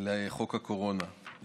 לחוק הקורונה,